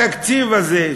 התקציב הזה,